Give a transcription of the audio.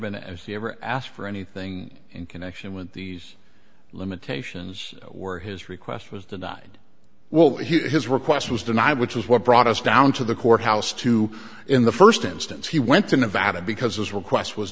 been as he ever asked for anything in connection with these limitations where his request was denied well his request was denied which is what brought us down to the courthouse too in the first instance he went to nevada because his request was